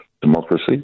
democracy